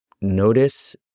notice